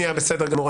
שנייה, בסדר גמור.